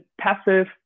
passive